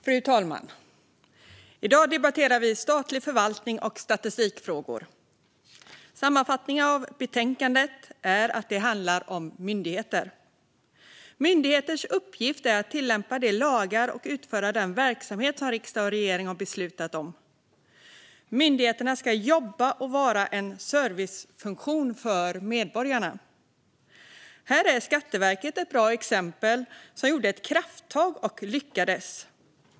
Fru talman! I dag debatterar vi statlig förvaltning och statistikfrågor. Betänkandet handlar sammanfattningsvis om myndigheter. Myndigheters uppgift är att tillämpa de lagar och utföra den verksamhet som riksdag och regering har beslutat om. Myndigheterna ska jobba för medborgarna och vara en servicefunktion för dem. Här är Skatteverket ett bra exempel - man gjorde ett krafttag och lyckades.